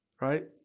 right